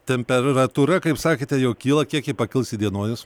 temperatūra kaip sakėte jau kyla kiek ji pakils įdienojus